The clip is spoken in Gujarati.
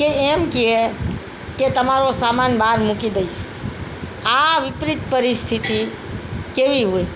કે એમ કહે કે તમારો સામાન બહાર મૂકી દઈશ આ વિપરિત પરિસ્થિતિ કેવી હોય